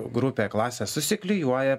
grupė klasė susiklijuoja